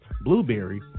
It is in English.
blueberry